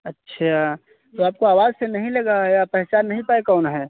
अच्छा तो आपको आवाज से नहीं लगा या पहचान नहीं पाए कौन है